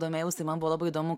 domėjaus tai man buvo labai įdomu